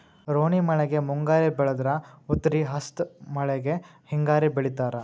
ರೋಣಿ ಮಳೆಗೆ ಮುಂಗಾರಿ ಬೆಳದ್ರ ಉತ್ರಿ ಹಸ್ತ್ ಮಳಿಗೆ ಹಿಂಗಾರಿ ಬೆಳಿತಾರ